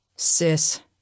Sis